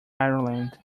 ireland